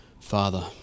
Father